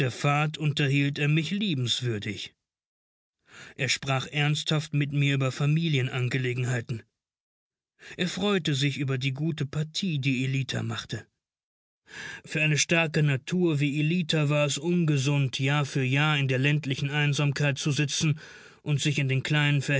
fahrt unterhielt er mich liebenswürdig er sprach ernsthaft mit mir über familienangelegenheiten er freute sich über die gute partie die ellita machte für eine starke natur wie ellita war es ungesund jahr für jahr in der ländlichen einsamkeit zu sitzen und sich in den kleinen